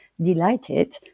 delighted